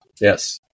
Yes